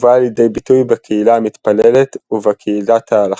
ובאה לידי ביטוי בקהילה המתפללת וב"קהילת ההלכה".